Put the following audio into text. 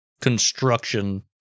construction